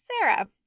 Sarah